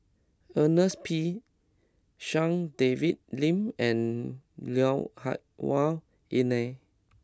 Ernest P Shanks David Lim and Lui Hah Wah Elena